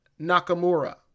Nakamura